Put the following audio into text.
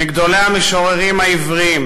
מגדולי המשוררים העבריים,